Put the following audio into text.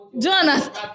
Jonas